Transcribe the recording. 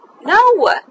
No